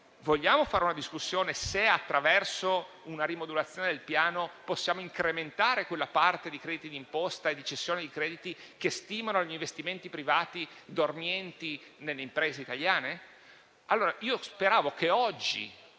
Vogliamo discutere quindi se, attraverso una rimodulazione del Piano, possiamo incrementare quella parte di crediti di imposta e di cessione di crediti che stimolano gli investimenti privati dormienti nelle imprese italiane?